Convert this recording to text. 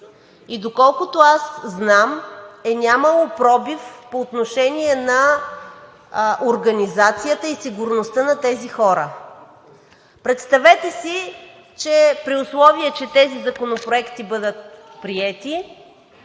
и доколкото аз знам, е нямало пробив по отношение на организацията и сигурността на тези хора. Представете си, че при условие че тези законопроекти бъдат приети